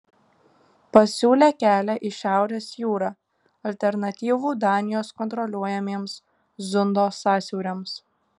pasiūlė kelią į šiaurės jūrą alternatyvų danijos kontroliuojamiems zundo sąsiauriams